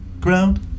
ground